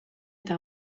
eta